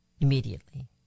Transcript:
immediately